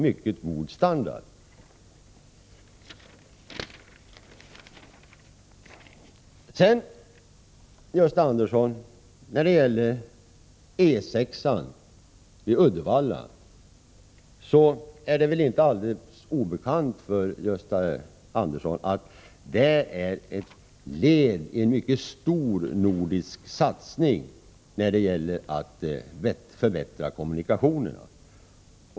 I fråga om E 6 vid Uddevalla är det väl inte alldeles obekant för Gösta Andersson att det är är fråga om ett led i en mycket stor nordisk satsning för att förbättra kommunikationerna.